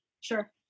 Sure